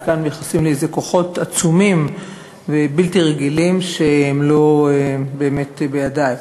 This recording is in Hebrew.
כי כאן מייחסים לי איזה כוחות עצומים ובלתי רגילים שהם לא באמת בידי.